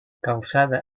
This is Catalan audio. calçada